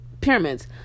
pyramids